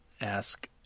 ask